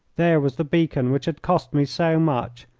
there was the beacon which had cost me so much,